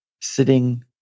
sitting